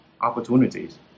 opportunities